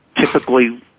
typically